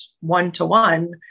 one-to-one